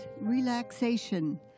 relaxation